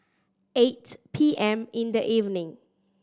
eight P M in the evening